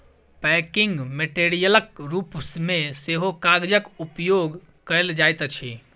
packing मेटेरियलक रूप मे सेहो कागजक उपयोग कयल जाइत अछि